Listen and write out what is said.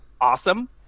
awesome